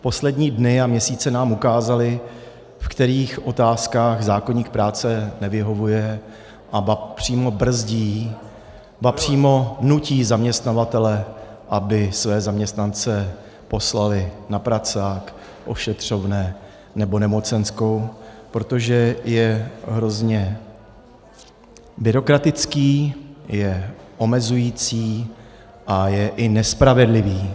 Poslední dny a měsíce nám ukázaly, ve kterých otázkách zákoník práce nevyhovuje, ba přímo brzdí, ba přímo nutí zaměstnavatele, aby své zaměstnance poslali na pracák, ošetřovné nebo nemocenskou, protože je hrozně byrokratický, je omezující a je i nespravedlivý.